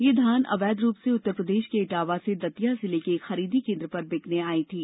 यह धान अवैध रुप से उत्तरप्रदेश के इटावा से दतिया जिले के खरीदी केंद्र पर बिकने आई थी